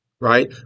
right